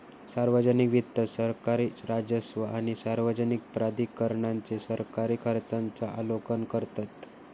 सार्वजनिक वित्त सरकारी राजस्व आणि सार्वजनिक प्राधिकरणांचे सरकारी खर्चांचा आलोकन करतत